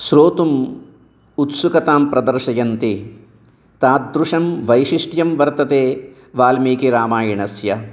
श्रोतुम् उत्सुकतां प्रदर्शयन्ति तादृशं वैशिष्ट्यं वर्तते वाल्मीकिरामायणस्य